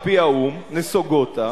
על-פי האו"ם נסוגוֹת.